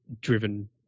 driven